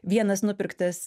vienas nupirktas